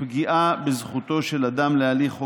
פגיעה בזכותו של אדם להליך הוגן.